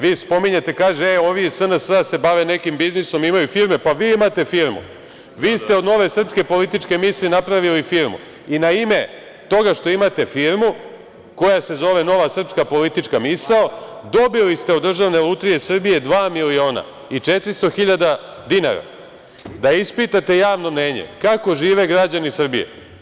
Vi spominjete, kažete ovi iz SNS se bave nekim biznisom, imaju firme, pa, vi imate firmu, vi ste od „Nove srpske političke misli“ napravili firmu, i na ime toga što imate firmu koja se zove „Nova srpska politička misao“ dobili ste od Državne lutrije Srbije 2.400.000 dinara da ispitate javno mnenje kako žive građani Srbije.